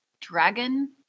dragon